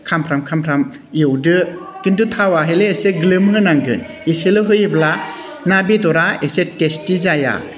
खामफ्राम खामफ्राम एवदो किन्तु थावआ हले एसे ग्लोम होनांगोन एसेल' होयोब्ला ना बेदरा एसे टेस्टि जाया